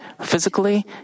physically